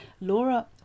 Laura